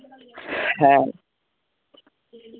হ্যাঁ